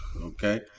Okay